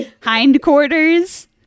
hindquarters